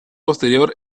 posterior